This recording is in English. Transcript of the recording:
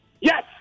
Yes